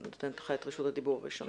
אני נותנת לך את רשות הדיבור הראשונה.